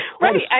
Right